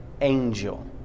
angel